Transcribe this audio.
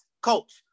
coach